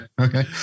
okay